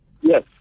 Yes